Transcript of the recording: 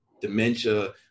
dementia